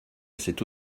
cette